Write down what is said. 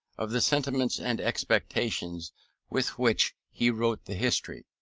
of the sentiments and expectations with which he wrote the history.